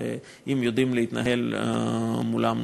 אם יודעים להתנהל מולן נכון.